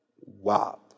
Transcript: Wow